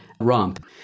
romp